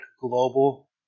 global